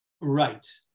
Right